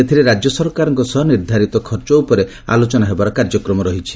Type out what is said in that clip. ଏଥିରେ ରାଜ୍ୟ ସରକାରଙ୍କ ସହ ନିର୍ଦ୍ଧାରିତ ଖର୍ଚ୍ଚ ଉପରେ ଆଲୋଚନା ହେବାର କାର୍ଯ୍ୟକ୍ରମ ରହିଛି